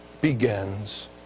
begins